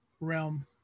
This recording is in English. realm